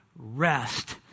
rest